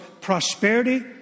prosperity